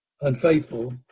unfaithful